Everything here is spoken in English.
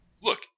look